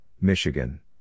Michigan